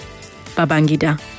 Babangida